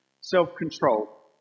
self-control